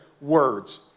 words